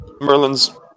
Merlin's